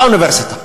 באוניברסיטה.